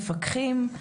מפקחים,